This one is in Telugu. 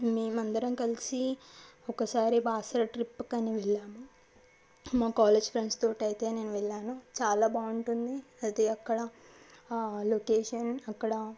మేము అందరం కలిసి ఒకసారి బాసర ట్రిప్ కానీ వెళ్ళాము మా కాలేజీ ఫ్రెండ్స్ తోటైతే నేను వెళ్ళాను చాలా బాగుంటుంది అది అక్కడ లొకేషన్ అక్కడ